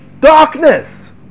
Darkness